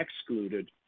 excluded